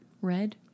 Red